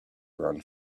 grown